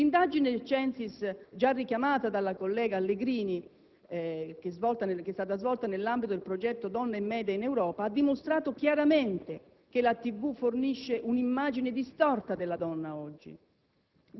L'indagine del CENSIS, già richiamata dalla collega Allegrini, che è stata svolta nell'ambito del progetto «Donne e *media* in Europa», ha dimostrato chiaramente che la TV fornisce un'immagine distorta della donna oggi,